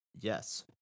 yes